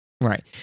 Right